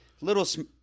little